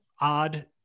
odd